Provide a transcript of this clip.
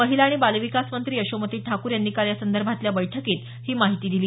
महिला आणि बाल विकास मंत्री यशोमती ठाकूर यांनी काल यासंदर्भातल्या बैठकीत ही माहिती दिली